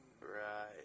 Right